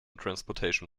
transportation